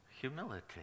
humility